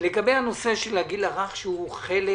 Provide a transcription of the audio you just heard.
לגבי הגיל הרך, שהוא חלק